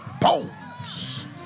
bones